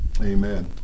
Amen